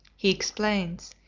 he explains,